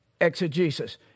exegesis